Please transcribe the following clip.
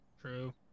True